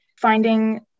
finding